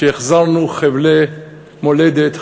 שהחזרנו חבלי מולדת,